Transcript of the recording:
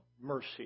mercy